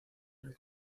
ritmo